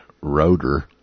Rotor